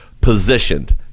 positioned